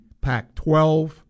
Pac-12